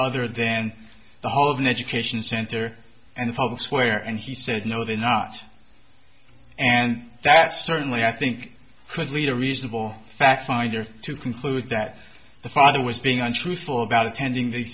other then the whole of an education center in the public square and he said no they're not and that certainly i think could lead a reasonable fact finder to conclude that the father was being untruthful about attending the